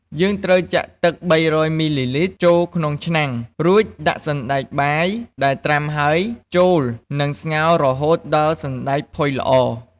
យើងត្រូវចាក់ទឹក ៣០០ មីលីលីត្រ ចូលក្នុងឆ្នាំង រួចដាក់សណ្ដែកបាយដែលត្រាំហើយចូល និងស្ងោររហូតដល់សណ្ដែកផុយល្អ។